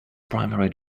primary